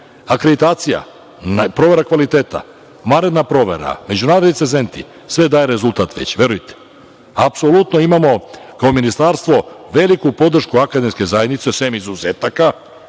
akreditacija, provera kvaliteta, vanredna provera, međunarodni recenzenti, sve daje rezultat već, verujte. Apsolutno imamo kao ministarstvo veliku podršku akademske zajednice, sem izuzetaka